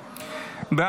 2024, נתקבל.